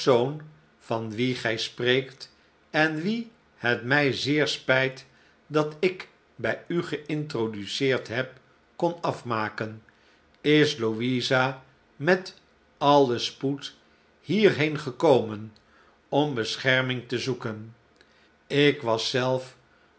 van wien gij spreekt en wien het mij zeer spijt dat ik bij u geintroduceerd heb kon afmaken is louisa met alien spoed hierheen gekomen om bescherming te zoeken ik was zelf